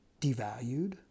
devalued